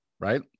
right